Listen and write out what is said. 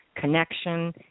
connection